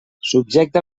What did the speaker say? subjecta